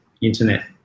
internet